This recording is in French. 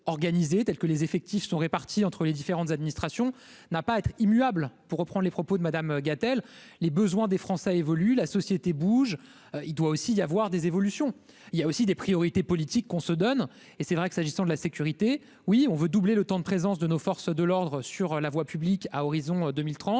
telle que les effectifs sont répartis entre les différentes administrations n'a pas à être immuable pour reprend les propos de Madame Gatel, les besoins des Français évolue la société bouge, il doit aussi y avoir des évolutions, il y a aussi des priorités politiques qu'on se donne et c'est vrai que s'agissant de la sécurité oui on veut doubler le temps de présence de nos forces de l'Ordre sur la voie publique à horizon 2030,